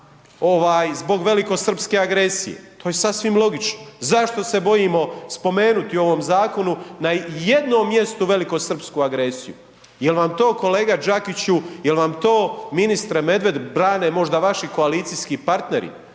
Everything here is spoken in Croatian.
osobama zbog velikosrpske agresije, to je sasvim logično. Zašto se bojimo spomenuti u ovom zakonu na ijednom mjestu velikosrpsku agresiju? Jel vam to kolega Đakiću, jel vam to ministre Medved brane možda vaši koalicijski partneri?